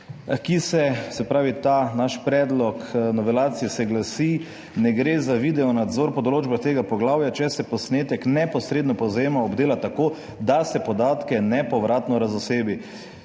k 75. členu. Ta naš predlog novelacije se glasi: »Ne gre za video nadzor po določbah tega poglavja, če se posnetek neposredno povzema, obdela tako, da se podatke nepovratno razosebi.«